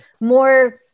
more